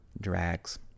drags